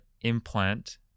implant